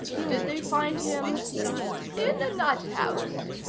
did they find him in a nut-house?